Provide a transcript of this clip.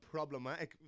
problematic